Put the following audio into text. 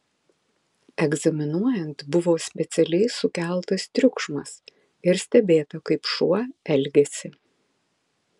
egzaminuojant buvo specialiai sukeltas triukšmas ir stebėta kaip šuo elgiasi